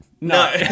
No